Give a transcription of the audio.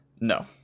No